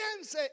Piense